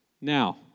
Now